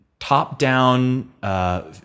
top-down